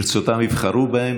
ברצונם יבחרו בהם,